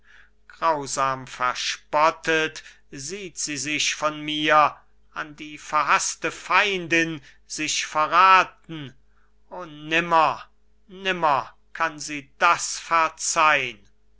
grausam verspottet sieht sie sich von mir an die verhaßte feindin sich verraten o nimmer nimmer kann sie das verzeihn